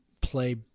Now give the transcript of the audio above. play